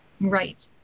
Right